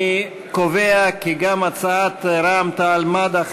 אני קובע כי גם הצעת רע"ם-תע"ל-מד"ע,